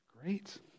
great